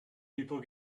people